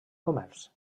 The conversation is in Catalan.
comerç